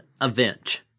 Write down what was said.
event